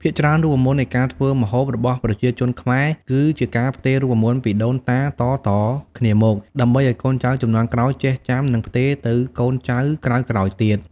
ភាគច្រើនរូបមន្តនៃការធ្វើម្ហូបរបស់ប្រជាជនខ្មែរ គឺជាការផ្ទេររូបមន្តពីដូនតាតៗគ្នាមក ដើម្បីឱ្យកូនចៅជំនាន់ក្រោយចេះចាំ និងផ្ទេរទៅកូនចៅក្រោយៗទៀត។